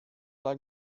like